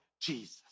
Jesus